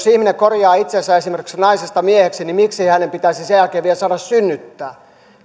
ihminen korjaa itsensä esimerkiksi naisesta mieheksi niin miksi hänen pitäisi sen jälkeen vielä saada synnyttää